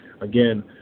Again